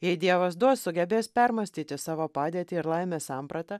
jei dievas duos sugebės permąstyti savo padėtį ir laimės sampratą